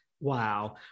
wow